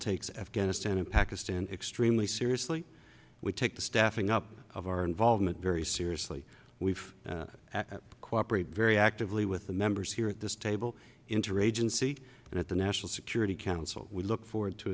takes afghanistan and pakistan extremely seriously we take the staffing up of our involvement very seriously we've cooperate very actively with the members here at this table interagency and at the national security council we look forward to